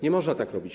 Nie można tak robić.